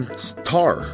star